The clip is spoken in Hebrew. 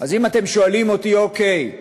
אז אם אתם שואלים אותי: אוקיי,